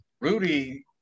rudy